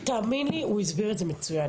אבל תאמין לי, עמנואל הסביר את זה מצוין.